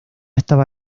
estaba